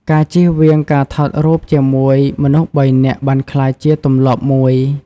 ការជៀសវាងការថតរូបជាមួយមនុស្សបីនាក់បានក្លាយជាទម្លាប់មួយ។